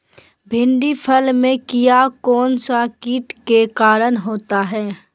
भिंडी फल में किया कौन सा किट के कारण होता है?